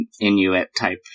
Inuit-type